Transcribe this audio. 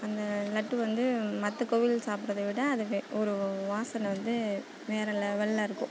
அந்த லட்டு வந்து மற்ற கோவில் சாப்புடுறத விட அது ஒரு வாசனை வந்து வேற லெவலில் இருக்கும்